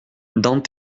dans